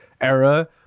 era